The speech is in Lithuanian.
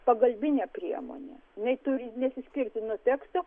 pagalbinė priemonė jinai turi nesiskirti nuo teksto